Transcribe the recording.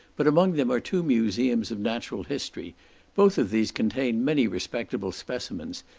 but among them are two museums of natural history both of these contain many respectable specimens,